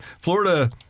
Florida